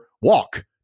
walk